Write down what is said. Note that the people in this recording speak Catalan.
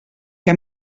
què